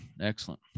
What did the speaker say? Excellent